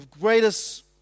greatest